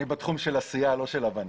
אני בתחום של עשייה, לא של הבנה.